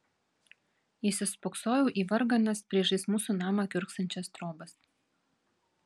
įsispoksojau į varganas priešais mūsų namą kiurksančias trobas